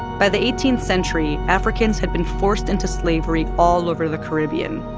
by the eighteenth century, africans had been forced into slavery all over the caribbean,